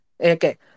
Okay